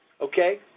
Okay